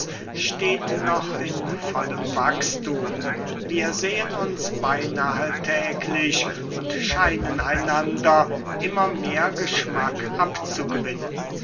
steht noch in vollem wachsthum wir sehen uns beynahe täglich und scheinen einander immer mehr geschmack abzugewinnen